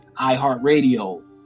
iHeartRadio